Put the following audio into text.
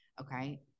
Okay